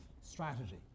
strategy